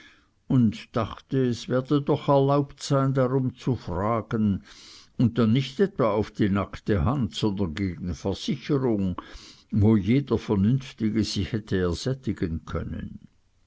und dachte es werde doch erlaubt sein darum zu fragen und dann nicht etwa auf die nackte hand sondern gegen versicherung wo jeder vernünftige sich hätte ersättigen können